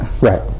Right